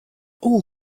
all